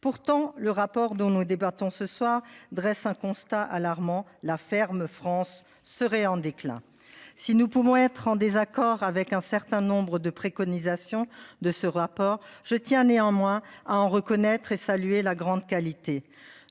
Pourtant le rapport dont nous débattons ce soir dresse un constat alarmant. La ferme France serait en déclin. Si nous pouvons être en désaccord avec un certain nombre de préconisations de ce rapport. Je tiens néanmoins à en reconnaître et saluer la grande qualité